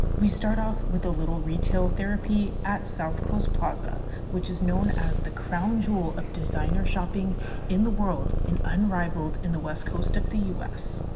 we start off with a little retail therapy at south coast plaza which is known as the crown jewel of designer shopping in the world and unrivaled in the west coast of the us